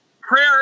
prayer